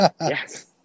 Yes